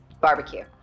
Barbecue